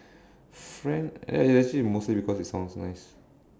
French ya it's actually mostly because it sounds nice